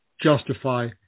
justify